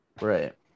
Right